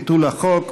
ביטול החוק),